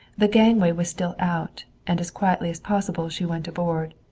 the gangway was still out, and as quietly as possible she went aboard.